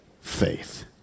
faith